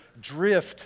drift